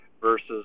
versus